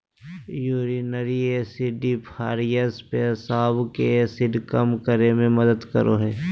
urinary acidifiers पेशाब के acid कम करे मे मदद करो हय